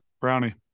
Brownie